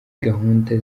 gahunda